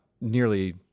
nearly